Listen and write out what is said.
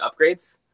upgrades